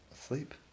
asleep